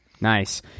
nice